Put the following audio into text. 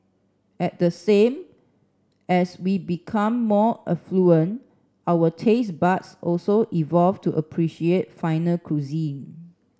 at the same as we become more affluent our taste buds also evolve to appreciate finer cuisine